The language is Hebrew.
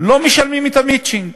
לא משלמים את המצ'ינג.